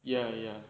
ya ya